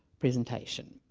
presentation